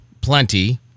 plenty